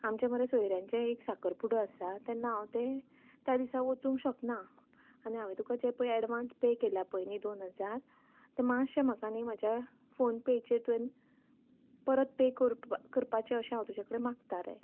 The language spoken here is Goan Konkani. आमच्या मरे सोयऱ्यांचे एक साकरपुडो आसा तेन्ना हांव तें त्या दिसा वसूंक शकना आनी हांवें तुका जे पळय एडवांस पे केल्या पळय न्ही दोन हजार ते मातशे म्हाका न्ही म्हजे फोनपे चेर तुवें परत पे कर करपाचे अशें हांव तुजे कडेन मागतां रे